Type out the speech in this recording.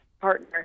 partner